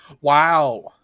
Wow